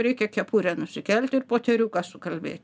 reikia kepurę nusikelt ir poterių sukalbėt